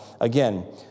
again